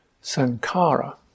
sankara